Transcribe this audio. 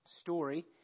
story